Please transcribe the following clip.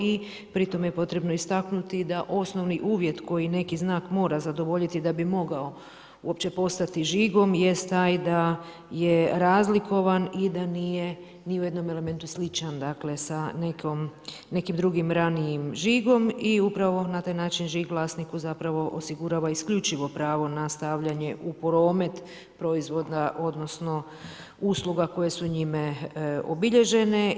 I pri tome je potrebno istaknuti da osnovni uvjet koji neki znak mora zadovoljiti da bi mogao uopće postati žigom jest taj da je razlikovan i da nije ni u jednom elementu sličan sa nekim drugim ranijim žigom i upravo na taj način žig vlasniku zapravo osigurava isključivo pravo na stavljanje u promet proizvoda odnosno, usluga koje su njime obilježene.